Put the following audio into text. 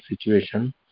situation